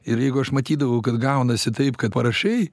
ir jeigu aš matydavau kad gaunasi taip kaip parašei